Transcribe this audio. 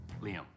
Liam